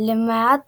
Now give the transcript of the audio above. למעט